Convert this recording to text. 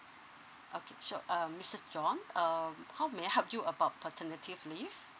okay sure uh mister john um how may I help you about paternity f~ leave